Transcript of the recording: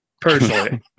personally